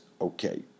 Okay